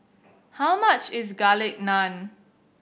how much is Garlic Naan